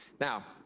Now